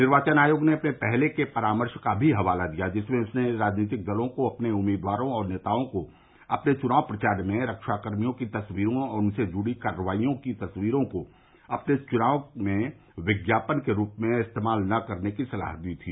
निर्वाचन आयोग ने अपने पहले के परामर्श का भी हवाला दिया जिसमें उसने राजनीतिक दलों को अपने उम्मीदवारों और नेताओं को अपने च्नाव प्रचार में रक्षाकर्मियों की तस्वीरों और उनसे जूड़ी कार्रवाईयों की तस्वीरों को अपने चुनाव में विज्ञापन के रूप में इस्तेमाल नहीं करने की सलाह दी थी